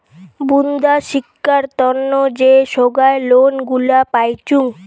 বুন্দা শিক্ষার তন্ন যে সোগায় লোন গুলা পাইচুঙ